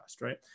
right